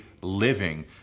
living